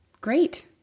Great